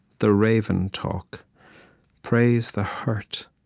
the raven talk praise the hurt,